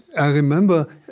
i remember,